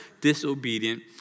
disobedient